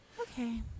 Okay